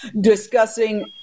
discussing